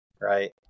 right